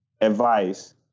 advice